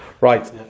right